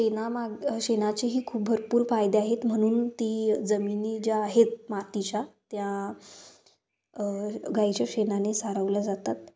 शेणामागे शेणाचेही खूप भरपूर फायदे आहेत म्हणून ती जमिनी ज्या आहेत मातीच्या त्या गाईच्या शेणाने सारवल्या जातात